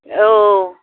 औ